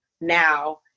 Now